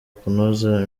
kunoza